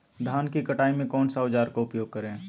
धान की कटाई में कौन सा औजार का उपयोग करे?